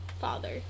father